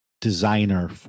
designer